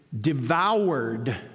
devoured